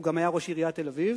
הוא גם היה ראש עיריית תל-אביב,